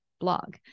blog